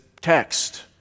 text